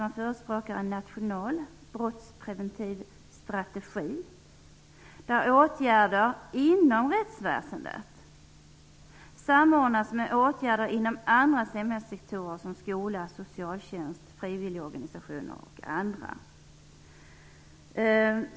BRÅ förespråkar en nationell brottspreventiv strategi, där åtgärder inom rättsväsendet samordnas med åtgärder inom andra samhällssektorer som skolan, socialtjänsten, frivilligorganisationer m.fl.